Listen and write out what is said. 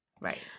Right